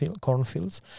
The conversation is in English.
cornfields